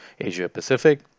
Asia-Pacific